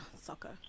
Soccer